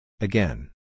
Again